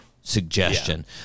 suggestion